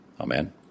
Amen